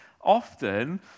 often